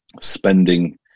spending